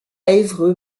évreux